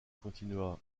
continua